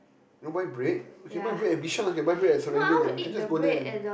you want buy bread we can buy bread at Bishan we can buy bread at Serangoon what we can just go there and